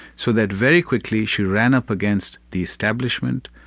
so that very quickly, she ran up against the establishment,